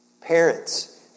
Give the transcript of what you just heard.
Parents